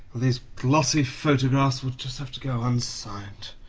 these glossy photographs will just have to go unsigned.